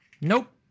Nope